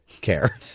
care